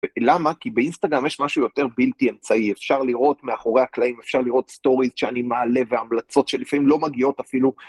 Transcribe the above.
למה? כי באינסטגרם יש משהו יותר בלתי אמצעי, אפשר לראות מאחורי הקלעים, אפשר לראות סטוריז שאני מעלה והמלצות שלפעמים לא מגיעות אפילו